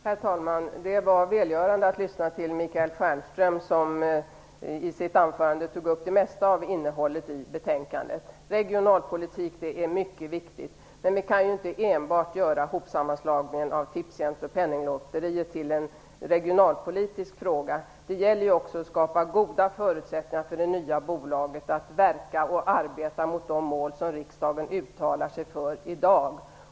Herr talman! Det var välgörande att lyssna till Michael Stjernström, som i sitt anförande tog upp det mesta av innehållet i betänkandet. Regionalpolitik är mycket viktigt, men vi kan inte enbart göra sammanslagningen av Tipstjänst och Penninglotteriet till en regionalpolitisk fråga. Det gäller också att skapa goda förutsättningar för det nya bolaget att verka och arbeta mot de mål som riksdagen uttalar sig för i dag.